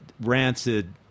rancid